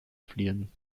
fliehen